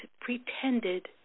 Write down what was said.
pretended